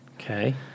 Okay